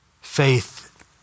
faith